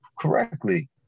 correctly